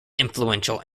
influential